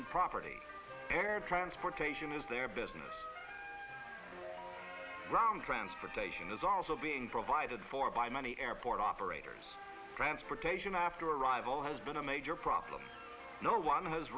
and property air transportation is their business round transportation is also being provided for by money airport operators transportation after arrival has been a major problem no one has